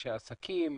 אנשי עסקים,